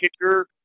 kicker